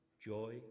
joy